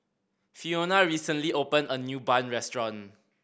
Fiona recently opened a new bun restaurant